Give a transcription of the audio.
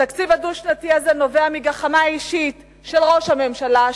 התקציב הדו-שנתי הזה נובע מגחמה אישית של ראש הממשלה,